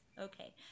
okay